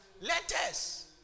letters